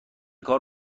کار